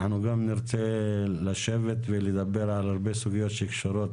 אנחנו נרצה לדבר על הרבה סוגיות שקשורות